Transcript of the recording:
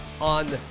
on